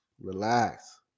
relax